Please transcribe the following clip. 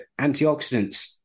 antioxidants